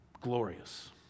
glorious